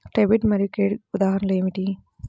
Debit మరియు credit ఉదాహరణలు ఏమిటీ?